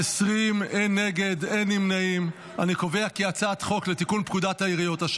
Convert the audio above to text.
את הצעת חוק לתיקון פקודת העיריות (מס'